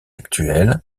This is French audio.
actuelle